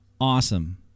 awesome